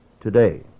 today